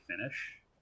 finish